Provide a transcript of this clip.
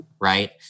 right